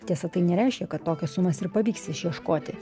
tiesa tai nereiškia kad tokią sumas ir pavyks išieškoti